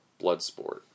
Bloodsport